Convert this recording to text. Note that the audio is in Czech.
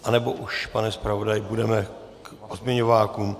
Nebo už, pane zpravodaji, půjdeme k pozměňovákům?